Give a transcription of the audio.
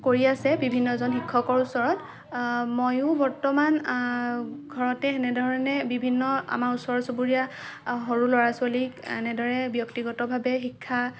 কৰি আছে বিভিন্নজন শিক্ষকৰ ওচৰত ময়ো বৰ্তমান ঘৰতে সেনেধৰণে বিভিন্ন আমাৰ ওচৰ চুবুৰীয়া সৰু ল'ৰা ছোৱালীক এনেদৰে ব্যক্তিগতভাৱে শিক্ষা